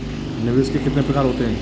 निवेश के कितने प्रकार होते हैं?